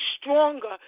stronger